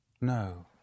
No